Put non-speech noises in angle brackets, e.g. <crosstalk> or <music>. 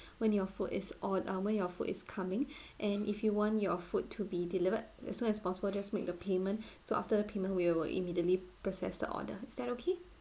when your food is or~ um when your food is coming <breath> and if you want your food to be delivered as soon as possible just make the payment <breath> so after the payment we will immediately process the order is that okay